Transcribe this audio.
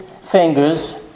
fingers